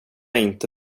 inte